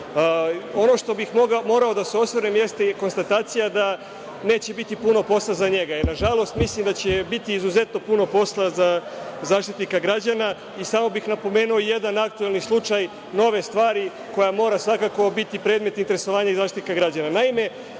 na šta bih morao da osvrnem jeste i konstatacija da neće biti puno posla za njega, jer nažalost, mislim da će biti izuzetno puno posla za Zaštitnika građana. Samo bih napomenuo jedan aktuelni slučaj nove stvari koja mora svakako biti predmet interesovanja i Zaštitnika građana. Naime,